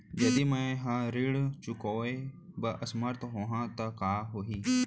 यदि मैं ह ऋण चुकोय म असमर्थ होहा त का होही?